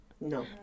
No